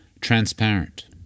Transparent